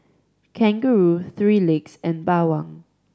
Kangaroo Three Legs and Bawang